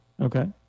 Okay